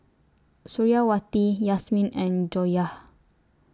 Suriawati Yasmin and Joyah